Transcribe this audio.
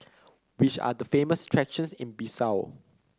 which are the famous attractions in Bissau